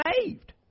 saved